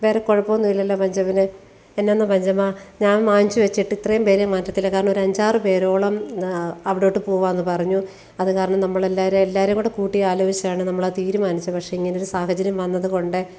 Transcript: വേറെ കുഴപ്പമൊന്നുല്ലല്ലോ പഞ്ചമന് എന്നാന്നോ പഞ്ചമ ഞാൻ വാങ്ങിച്ചു വെച്ചിട്ട് ഇത്രയും പേർ മാറ്റത്തില്ല കാരണം ഒരു അഞ്ചാറു പേരോളം അവിടോട്ട് പോവാന്ന് പറഞ്ഞു അത് കാരണം നമ്മൾ എല്ലാവരും എല്ലാവരും കൂടി കൂട്ടി ആലോചിച്ചാണ് നമ്മൾ തീരുമാനിച്ചത് പക്ഷേ ഇങ്ങനെയൊരു സാഹചര്യം വന്നതുകൊണ്ട്